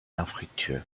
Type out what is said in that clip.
infructueux